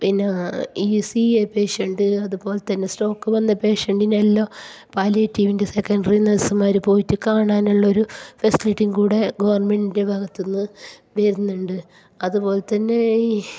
പിന്നെ ഈ C A patient അതു പോലെ തന്നെ സ്ട്രോക്ക് വന്ന പേഷ്യൻ്റിനെല്ലാം പാലിയേറ്റീവിൻ്റെ സെക്കൻഡറി നഴ്സുമാർ പോയിട്ട് കാണാനുള്ളൊരു ഫെസിലിറ്റി കൂടെ ഗവൺമെൻറ്റിൻ്റെ ഭാഗത്തു നിന്ന് വരുന്നുണ്ട് അതു പോലെ തന്നെ ഈ